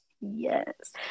yes